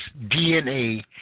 DNA